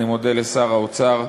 אני מודה לשר האוצר,